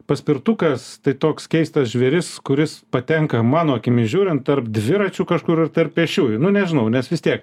paspirtukas tai toks keistas žvėris kuris patenka mano akimis žiūrint tarp dviračių kažkur tarp pėsčiųjų nu nežinau nes vis tiek